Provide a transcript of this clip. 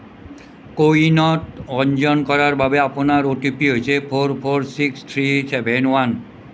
কোৱিনত পঞ্জীয়ন কৰাৰ বাবে আপোনাৰ অ'টিপি হৈছে four four six three seven one